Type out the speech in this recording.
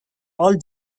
all